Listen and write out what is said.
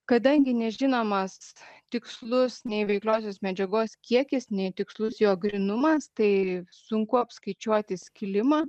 kadangi nežinomas tikslus nei veikliosios medžiagos kiekis nei tikslus jo grynumas tai sunku apskaičiuoti skilimą